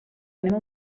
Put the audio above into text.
tenim